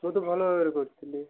ମୁଁ ତ ଭଲ ଭାବରେ କରିଥିଲି